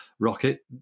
rocket